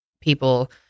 people